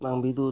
ᱵᱟᱝ ᱵᱤᱫᱩᱛ